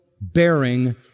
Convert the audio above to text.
bearing